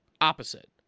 opposite